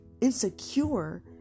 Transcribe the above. insecure